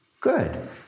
Good